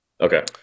Okay